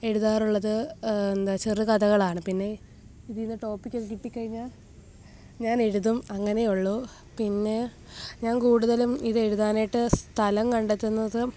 എഴുതാറുള്ളത് എന്താ ചെറുകഥകളാണ് പിന്നേ ഇതിൽ നിന്ന് ടോപ്പിക്ക് ഒക്കെ കിട്ടി കഴിഞ്ഞാൽ ഞാനെഴുതും അങ്ങനെ ഉള്ള പിന്നെ ഞാന് കൂടുതലും ഇത് എഴുതാൻ ആയിട്ട് സ്ഥലം കണ്ടെത്തുന്നത്